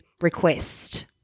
request